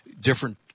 different